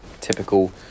typical